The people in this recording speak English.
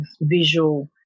visual